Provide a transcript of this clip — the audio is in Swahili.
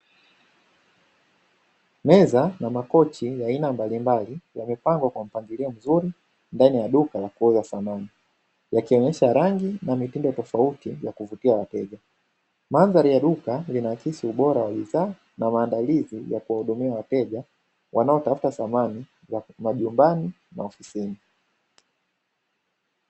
Meza na makochi ya aina mbalimbali yamepangwa kwa mpangilio mzuri ndani ya duka la kuuza samani, yakionyesha rangi na mitindo tofauti ya kuvutia wateja. Mandhari ya duka inaakisi ubora wa bidhaa na maandalizi ya kuwahudumia wateja wanaotafuta samani za majumbani na ofisini.